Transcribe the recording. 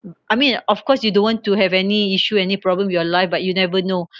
I mean of course you don't want to have any issue any problem with your life but you never know